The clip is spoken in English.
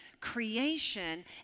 creation